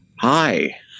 Hi